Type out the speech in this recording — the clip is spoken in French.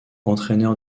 entraîneur